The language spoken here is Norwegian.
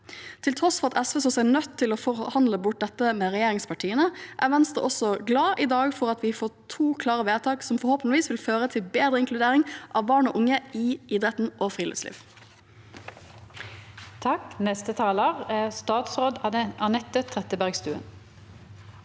Til tross for at SV så seg nødt til å forhandle bort dette med regjeringspartiene, er Venstre i dag også glad for at vi får to klare vedtak som forhåpentligvis vil føre til bedre inkludering av barn og unge i idrett og friluftsliv. Statsråd Anette Trettebergstuen